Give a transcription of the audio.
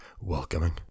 welcoming